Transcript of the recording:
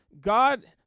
God